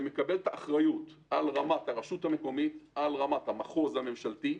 שמקבל אחריות על רמת הרשות המקומית ועל רמת המחוז הממשלתי.